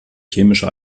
chemische